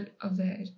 aware